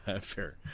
fair